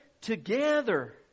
together